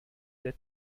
der